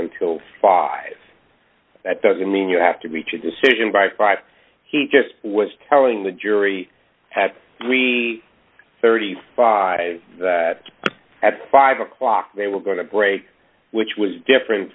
until five that doesn't mean you have to reach a decision by five he just was telling the jury had thirty five that at five o'clock they were going to break which was different